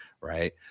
Right